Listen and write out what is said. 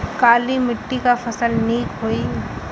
काली मिट्टी क फसल नीक होई?